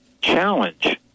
challenge